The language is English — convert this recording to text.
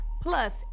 Plus